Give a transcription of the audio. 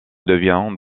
devient